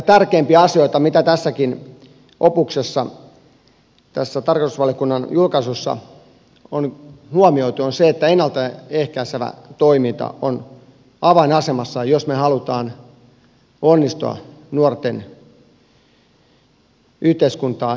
tärkeimpiä asioita mitä tässäkin opuksessa tässä tarkastusvaliokunnan julkaisussa on huomioitu on se että ennalta ehkäisevä toiminta on avainasemassa jos me haluamme onnistua nuorten yhteiskuntaan integroimisessa